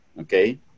okay